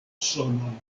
sonon